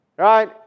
Right